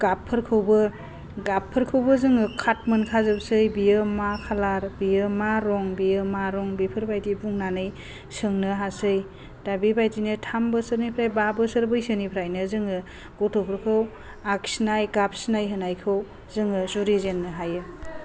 गाबफोरखौबो गाबफोरखौबो जोङो कार्ड मोनखाजोबसै बेयो मा खालार बेयो मा रं बेयो मा रं बेफोर बायदि बुंनानै सोंनो हासै दा बेबादिनो थाम बोसोरनिफ्राय बा बोसोर बैसोनिफ्रायनो जोङो गथ'फोरखौ आखिनाय गाब सिनायहोनायखौ जोङो जुरिजेननो हायो